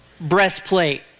breastplate